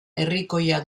herrikoia